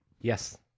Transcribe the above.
Yes